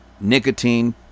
nicotine